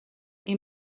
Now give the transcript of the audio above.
این